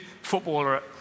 footballer